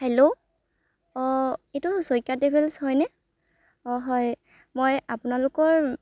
hello অঁ এইটো Saikia travels হয়নে অঁ হয় মই আপোনালোকৰ